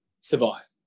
survive